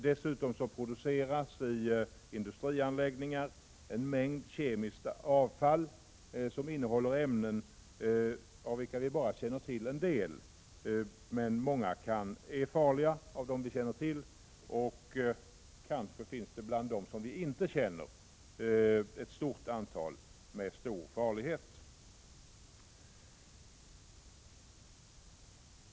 Dessutom produceras i industrianläggningar en mängd kemiskt avfall som innehåller ämnen av vilka vi bara känner till en del. Men många av de ämnen vi känner till är farliga, och kanske finns det bland dem som vi inte känner till ett stort antal som är mycket farliga.